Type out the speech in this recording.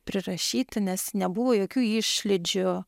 prirašyti nes nebuvo jokių išlydžių